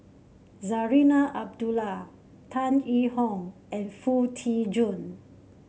Zarinah Abdullah Tan Yee Hong and Foo Tee Jun